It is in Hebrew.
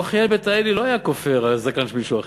הלוא חיאל בית האלי לא היה כופר על הזקן של מישהו אחר.